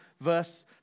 verse